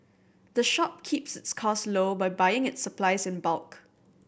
the shop keeps its costs low by buying its supplies in bulk